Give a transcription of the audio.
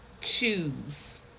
choose